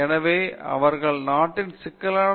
பேராசிரியர் ராஜேஷ் குமார் உடனடி சமூகம்